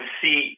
see